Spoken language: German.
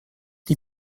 die